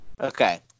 Okay